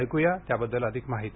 ऐकूया त्याबद्दल अधिक माहिती